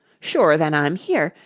sure then i'm here!